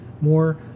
more